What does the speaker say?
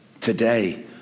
Today